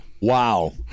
Wow